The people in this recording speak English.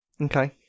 Okay